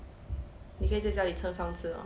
你可以在家里盛饭吃 lor